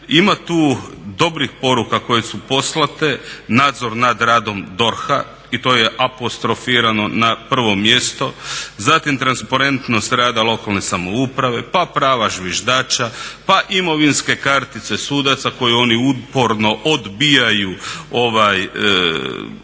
Ima tu dobrih poruka koje su poslane, nadzor nad radom DORH-a i to je apostrofirano na 1. mjesto. Zatim transparentnost rada lokalne samouprave, pa prava zviždača, pa imovinske kartice sudaca koje oni uporno odbijaju obznaniti,